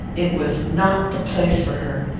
it was not the place for her.